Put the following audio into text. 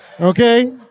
Okay